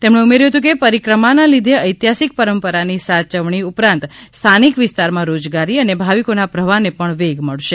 તેમણે ઉમેર્યું હતું કે પરિક્રમાના લીધે ઐતિહાસિક પરંપરાની સાચવણી ઉપરાંત સ્થાનિક વિસ્તારમાં રોજગારી અને ભાવિકોના પ્રવાહને પણ વેગ મળશે